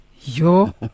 yo